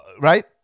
right